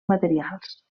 materials